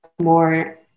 more